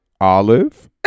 olive